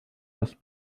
los